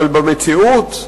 אבל במציאות,